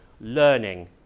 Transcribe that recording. learning